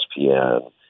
ESPN